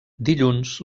dilluns